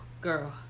girl